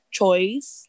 choice